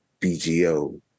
BGO